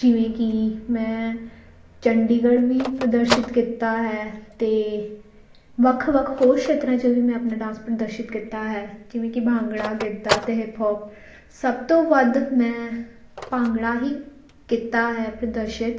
ਜਿਵੇਂ ਕਿ ਮੈਂ ਚੰਡੀਗੜ੍ਹ ਵੀ ਪ੍ਰਦਰਸ਼ਿਤ ਕੀਤਾ ਹੈ ਅਤੇ ਵੱਖ ਵੱਖ ਹੋਰ ਖੇਤਰਾਂ 'ਚ ਵੀ ਮੈਂ ਆਪਣਾ ਡਾਂਸ ਪ੍ਰਦਰਸ਼ਿਤ ਕੀਤਾ ਹੈ ਜਿਵੇਂ ਕਿ ਭੰਗੜਾ ਗਿੱਧਾ ਅਤੇ ਹਿਪ ਹੋਪ ਸਭ ਤੋਂ ਵੱਧ ਮੈਂ ਭੰਗੜਾ ਹੀ ਕੀਤਾ ਹੈ ਪ੍ਰਦਰਸ਼ਿਤ